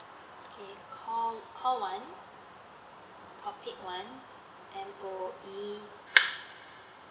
okay call call one topic one M_O_E